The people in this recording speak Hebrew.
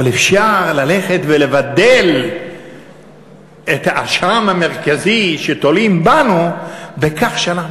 אבל אפשר ללכת ולבדל את האשם המרכזי שתולים בנו בכך שאנחנו